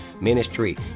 ministry